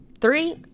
Three